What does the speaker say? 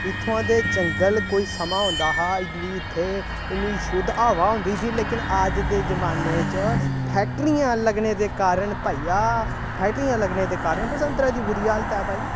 इत्थुआं दे जंगल कोई समां होंदा हा इन्नी इत्थै इन्नी शुद्ध हवा होंदी थी लेकिन अज्ज दे जमान्ने च फैक्ट्रियां लग्गने दे कारण भइया फैक्ट्रियां लग्गने दे कारण बसंतरै दी बुरी हालत ऐ भाई